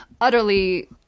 utterly